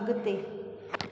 अगि॒ते